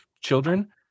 children